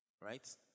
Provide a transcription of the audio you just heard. Right